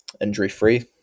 injury-free